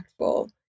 impactful